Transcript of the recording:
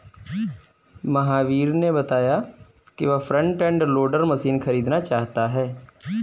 महावीर ने बताया कि वह फ्रंट एंड लोडर मशीन खरीदना चाहता है